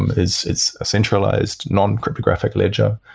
and it's it's a centralized non-cryptographic ledger.